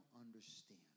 understand